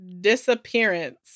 disappearance